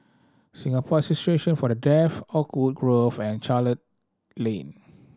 Singapore Association For The Deaf Oakwood Grove and Charlton Lane